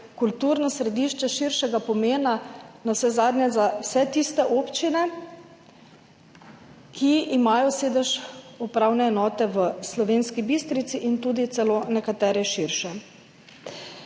kulturno središče širšega pomena, navsezadnje za vse tiste občine, ki imajo sedež upravne enote v Slovenski Bistrici in tudi celo nekatere širše.